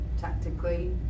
tactically